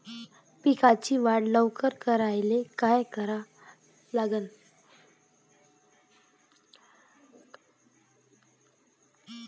पिकाची वाढ लवकर करायले काय करा लागन?